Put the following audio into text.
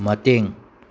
ꯃꯇꯦꯡ